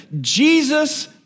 Jesus